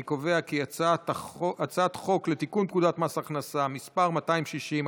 אני קובע כי הצעת חוק לתיקון פקודת מס הכנסה (מס' 260),